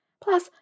Plus